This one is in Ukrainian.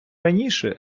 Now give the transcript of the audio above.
раніше